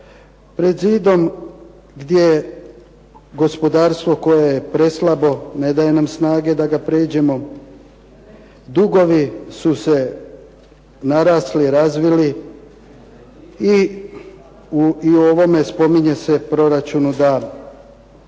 pred zidom gdje gospodarstvo koje je preslabo ne daje nam snage da ga pređemo. Dugovi su narasli, razvili i u ovome spominje se proračunu da